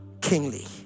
kingly